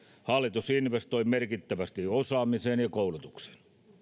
hallitus investoi merkittävästi osaamiseen ja koulutukseen